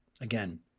Again